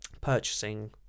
purchasing